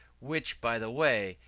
which, by the way,